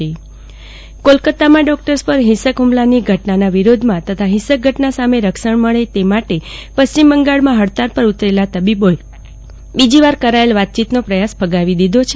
જાગૃતિ વકીલ ડોક્ટર્સ હડતાળ કોલકતામાં ડોક્ટર્સ પર ફિંસક ફ્મલાની ઘટના વિરોધમાં તથા ફિંસક ઘટના સામે રક્ષણ મળે તે માટે પશ્ચિમ બંગાળમાં ફડતાળ પર ઉતરેલા તબીબોએ બીજીવાર કરાયેલ વાતચીતનો પ્રયાસ ફગાવી દીધો છે